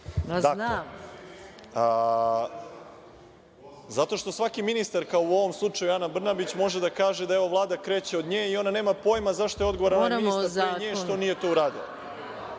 što svaki ministar, kao u ovom slučaju Ana Brnabić, može da kaže da ova Vlada kreće od nje i ona nema pojma zašto je odgovoran onaj ministar pre nje što nije to uradio.